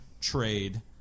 trade